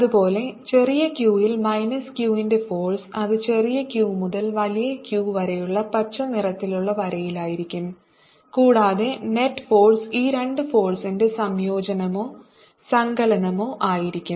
അതുപോലെ ചെറിയ q യിൽ മൈനസ് Q ന്റെ ഫോഴ്സ് അതു ചെറിയ q മുതൽ വലിയ Q വരെയുള്ള പച്ച നിറത്തിലുള്ള വരയിലായിരിക്കും കൂടാതെ നെറ്റ് ഫോഴ്സ് ഈ രണ്ട് ഫോഴ്സിന്റെ സംയോജനമോ സങ്കലനമോ ആയിരിക്കും